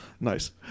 Nice